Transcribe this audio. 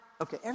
Okay